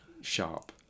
sharp